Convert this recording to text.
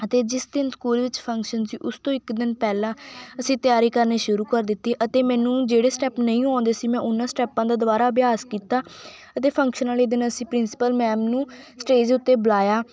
ਅਤੇ ਜਿਸ ਦਿਨ ਸਕੂਲ ਵਿੱਚ ਫ਼ੰਕਸ਼ਨ ਸੀ ਉਸ ਤੋਂ ਇੱਕ ਦਿਨ ਪਹਿਲਾਂ ਅਸੀਂ ਤਿਆਰੀ ਕਰਨੀ ਸ਼ੁਰੂ ਕਰ ਦਿੱਤੀ ਅਤੇ ਮੈਨੂੰ ਜਿਹੜੇ ਸਟੈਪ ਨਹੀਂ ਆਉਂਦੇ ਸੀ ਮੈਂ ਉਨ੍ਹਾਂ ਸਟੈਪਾਂ ਦਾ ਦੁਬਾਰਾ ਅਭਿਆਸ ਕੀਤਾ ਅਤੇ ਫ਼ੰਕਸ਼ਨ ਵਾਲੇ ਦਿਨ ਅਸੀਂ ਪ੍ਰਿੰਸੀਪਲ ਮੈਮ ਨੂੰ ਸਟੇਜ ਉੱਤੇ ਬੁਲਾਇਆ